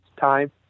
time